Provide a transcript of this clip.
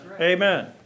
Amen